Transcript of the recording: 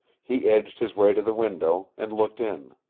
he edged his way to the window, and looked in.